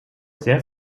sehr